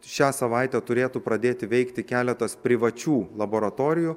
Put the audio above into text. šią savaitę turėtų pradėti veikti keletas privačių laboratorijų